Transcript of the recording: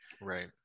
right